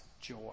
joy